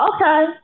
Okay